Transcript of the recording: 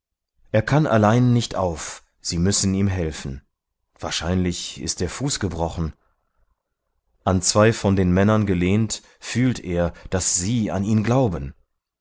er kann allein nicht auf sie müssen ihm helfen wahrscheinlich ist der fuß gebrochen an zwei von den männern gelehnt fühlt er daß sie an ihn glauben